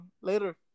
later